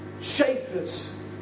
shapers